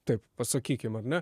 taip pasakykim ar ne